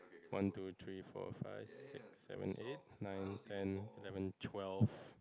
one two three four five six seven eight nine ten eleven twelve